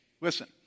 Listen